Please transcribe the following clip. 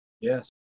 Yes